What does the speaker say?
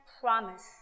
promise